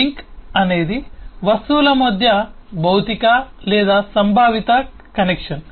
link అనేది వస్తువుల మధ్య భౌతిక లేదా సంభావిత కనెక్షన్